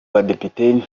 badepite